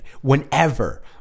whenever